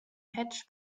patch